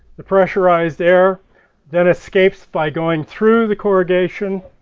the pressurized air then escapes by going through the corrugation